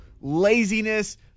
laziness